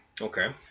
Okay